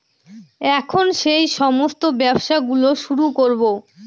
এখন সেই সমস্ত ব্যবসা গুলো শুরু করবো